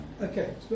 Okay